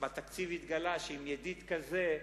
שבתקציב התגלה שעם ידיד כזה,